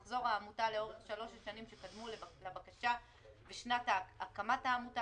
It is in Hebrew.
מחזור העמותה לאורך שלוש השנים שקדמו לבקשה ושנת הקמת העמותה,